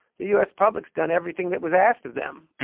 the u s. public's done everything that was asked of them,